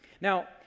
Now